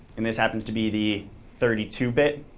and this happens to be the thirty two bit,